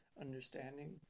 understanding